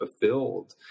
fulfilled